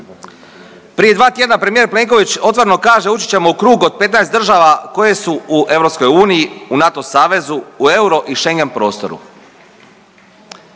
Prije 2 tjedna premijer Plenković otvoreno kaže ući ćemo krug od 15 država koje su u EU, u NATO savezu, u euro i Schengen prostoru.